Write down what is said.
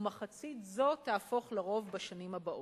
ומחצית זו תהפוך לרוב בשנים הבאות.